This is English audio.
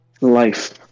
Life